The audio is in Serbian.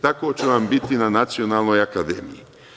Tako će vam biti na Nacionalnoj akademiji.